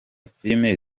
filime